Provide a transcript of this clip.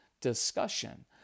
discussion